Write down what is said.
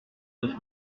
neuf